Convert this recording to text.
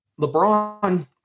LeBron